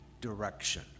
direction